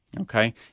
Okay